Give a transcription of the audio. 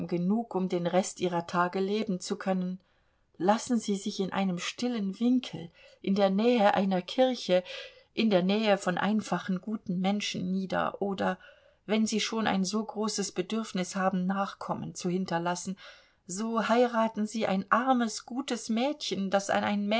genug um den rest ihrer tage leben zu können lassen sie sich in einem stillen winkel in der nähe einer kirche in der nähe von einfachen guten menschen nieder oder wenn sie schon ein so großes bedürfnis haben nachkommen zu hinterlassen so heiraten sie ein armes gutes mädchen das